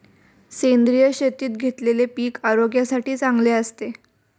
सेंद्रिय शेतीत घेतलेले पीक आरोग्यासाठी चांगले असते